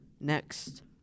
Next